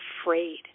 afraid